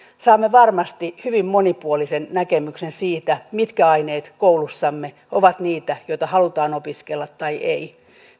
saamme varmasti hyvin monipuolisen näkemyksen siitä mitkä aineet koulussamme ovat niitä joita halutaan opiskella tai ei